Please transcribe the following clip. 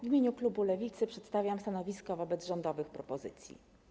W imieniu klubu Lewicy przedstawiam stanowisko wobec rządowych propozycji.